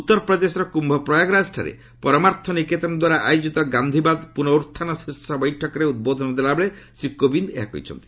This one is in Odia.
ଉତ୍ତରପ୍ରଦେଶର କ୍ୟୁ ପ୍ରୟାଗରାଜଠାରେ ପରମାର୍ଥ ନିକେତନ ଦ୍ୱାରା ଆୟୋଜିତ ଗାନ୍ଧିବାଦ ପୁର୍ନଉହ୍ଜାନ ଶୀର୍ଷ ବୈଠକରେ ଉଦ୍ବୋଧନ ଦେଲା ବେଳେ ଶ୍ରୀ କୋବିନ୍ଦ ଏହା କହିଛନ୍ତି